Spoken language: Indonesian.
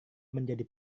menjadi